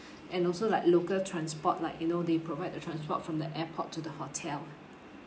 and also like local transport like you know they provide the transport from the airport to the hotel